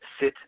sit